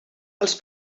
els